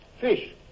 Fish